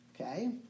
Okay